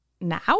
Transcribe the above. Now